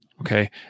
Okay